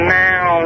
now